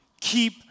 Keep